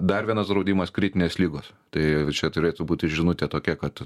dar vienas draudimas kritinės ligos tai tai čia turėtų būti žinutė tokia kad